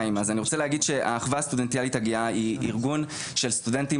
האחווה הסטודנטיאלית הגאה היא ארגון של סטודנטים